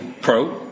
pro